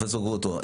פרופ' גרוטו,